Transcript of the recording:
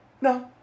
No